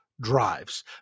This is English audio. drives